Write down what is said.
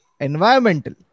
environmental